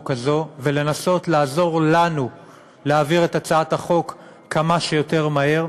הזו ולנסות לעזור לנו להעביר את הצעת החוק כמה שיותר מהר.